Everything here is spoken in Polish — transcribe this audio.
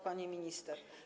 Pani Minister!